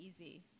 easy